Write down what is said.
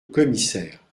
commissaire